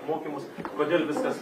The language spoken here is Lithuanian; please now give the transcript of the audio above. mokymus kodėl viskas